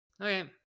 Okay